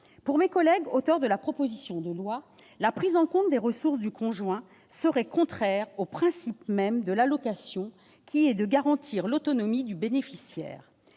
Pour mes collègues auteurs de la proposition de loi, la prise en compte des ressources du conjoint serait contraire au principe même de l'allocation, qui est de garantir l'autonomie du bénéficiaire.